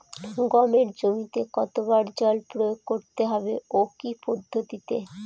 গমের জমিতে কতো বার জল প্রয়োগ করতে হবে ও কি পদ্ধতিতে?